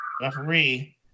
Referee